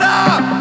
up